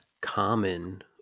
common